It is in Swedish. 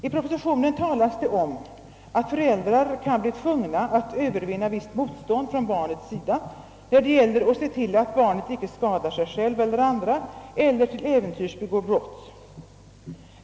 I propositionen talades det om att föräldrarna kan bli tvungna att övervinna visst motstånd från barnets sida för att förhindra att barnet skadar sig självt eller andra eller till äventyrs begår brott.